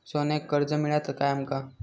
सोन्याक कर्ज मिळात काय आमका?